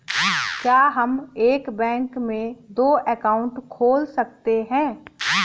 क्या हम एक बैंक में दो अकाउंट खोल सकते हैं?